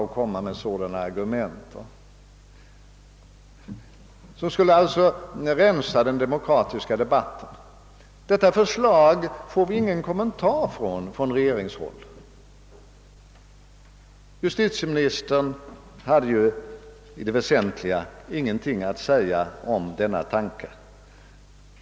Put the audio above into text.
Ni skulle väl också innerst inne uppskatta att inte frestas att komma med sådana argument. Om det förslaget har vi inte fått någon kommentar från regeringen. Justitieministern hade i allt väsentligt ingenting att säga om den tanken.